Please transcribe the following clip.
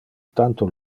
tanto